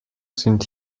sind